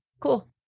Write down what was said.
cool